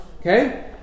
Okay